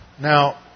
Now